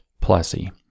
Plessy